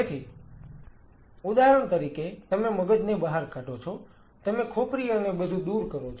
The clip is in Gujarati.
તેથી ઉદાહરણ તરીકે તમે મગજને બહાર કાઢો છો તમે ખોપરી અને બધું દૂર કરો છો